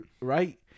right